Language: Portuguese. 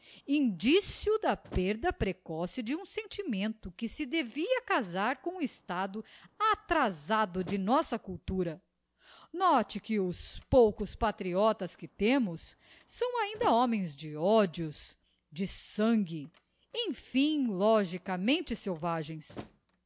indicio da perda precoce de um sentimento que se devia casar com o estado atrazado de nossa cultura note que os poucos patriotas que temos são ainda homens de ódios de sangue emfim logicamente selvagens